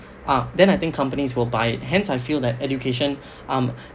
uh then I think companies will buy it hence I feel that education um